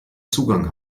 zugang